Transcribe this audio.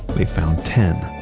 they've found ten.